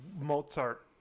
Mozart